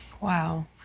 Wow